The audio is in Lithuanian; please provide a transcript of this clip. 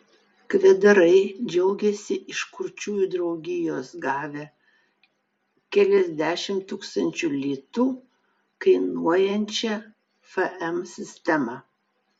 kvedarai džiaugiasi iš kurčiųjų draugijos gavę keliasdešimt tūkstančių litų kainuojančią fm sistemą